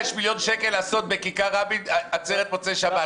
מיליון שקל לעשות עצרת מוצאי שבת בכיכר רבין.